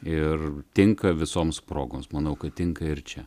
ir tinka visoms progoms manau kad tinka ir čia